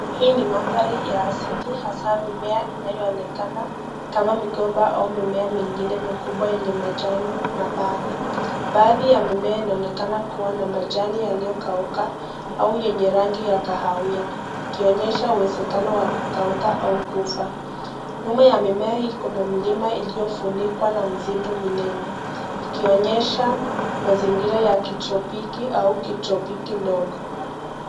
Hii ni mandhari ya asili hasa mimea inayoonekana kama migomba au mimea mingine mikubwa yenye majani mabana. Baadhi ya mimea inaonekana kuwa na majani yaliyokauka au yenye rangi ya kahawia ikionyesha uwezekano wa kukauka au kufa. Nyuma ya mimea hii kuna mlima iliyofunikwa na mzito minene ikionyesha mazingira ya kitropiki au kitropiki ndogo.